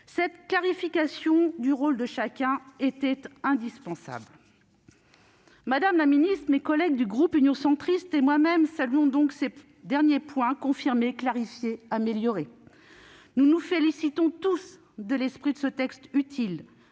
Cette clarification du rôle de chacun était indispensable. Madame la secrétaire d'État, mes collègues du groupe Union Centriste et moi-même saluons ces dernières dispositions confirmées, clarifiées, améliorées. Nous nous réjouissons tous de l'esprit de ce texte utile,